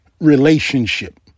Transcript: relationship